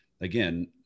again